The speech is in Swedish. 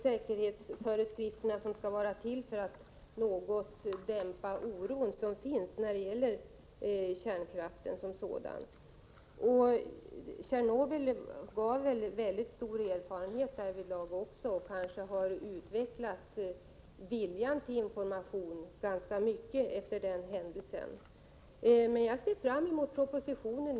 Säkerhetsföreskrifterna syftar ju till att något dämpa den oro som finns över kärnkraften. Tjernobylolyckan gav en mycket stor erfarenhet därvidlag och har kanske bidragit ganska mycket till att utveckla viljan till information. Jag ser nu fram emot propositionen.